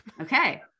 Okay